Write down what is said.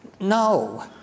No